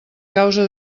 causa